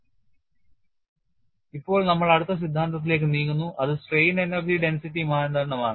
Strain Energy density Criterion ഇപ്പോൾ നമ്മൾ അടുത്ത സിദ്ധാന്തത്തിലേക്ക് നീങ്ങുന്നു അത് strain energy density മാനദണ്ഡം ആണ്